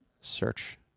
Search